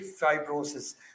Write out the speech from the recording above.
fibrosis